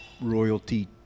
royalty